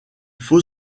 faut